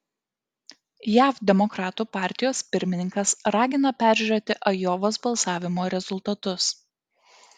jav demokratų partijos pirmininkas ragina peržiūrėti ajovos balsavimo rezultatus